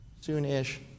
soon-ish